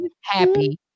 Happy